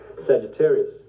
Sagittarius